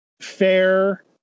fair